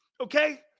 Okay